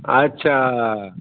अच्छा